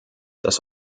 das